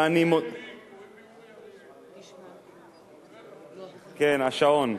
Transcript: אוריאל לין, כן, השעון.